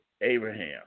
Abraham